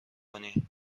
کنی